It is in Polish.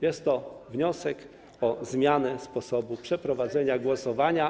Jest to wniosek o zmianę sposobu przeprowadzenia głosowania.